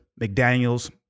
McDaniels